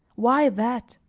why that?